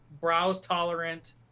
browse-tolerant